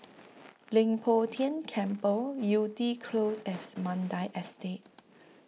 Leng Poh Tian Temple Yew Tee Close and Mandai Estate